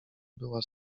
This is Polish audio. była